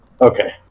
Okay